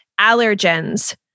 allergens